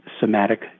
somatic